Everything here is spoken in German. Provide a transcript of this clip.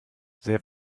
sehr